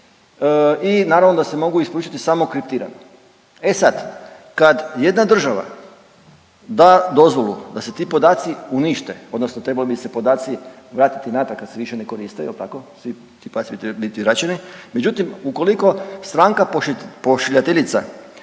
i naravno da se mogu isporučit samo …/Govornik se ne razumije./…. E sad, kad jedna država da dozvolu da se ti podaci unište odnosno trebali bi se podaci vratiti natrag kad se više ne koriste jel tako, svi ti podaci trebaju bit vraćeni, međutim ukoliko stranka pošiljateljica